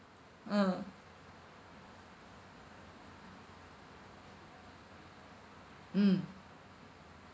um mm